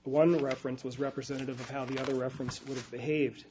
one reference was representative of how the other reference was behaved